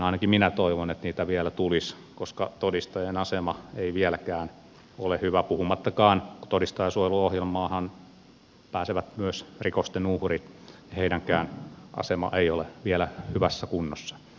ainakin minä toivon että niitä vielä tulisi koska todistajan asema ei vieläkään ole hyvä puhumattakaan siitä että kun todistajansuojeluohjelmaanhan pääsevät myös rikosten uhrit heidänkään asemansa ei ole vielä hyvässä kunnossa